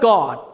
God